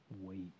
Wait